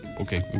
Okay